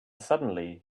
suddenly